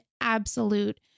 absolute